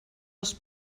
els